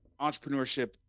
entrepreneurship